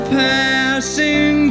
passing